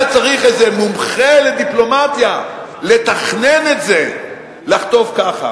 היה צריך איזה מומחה לדיפלומטיה לתכנן את זה לחטוף כך.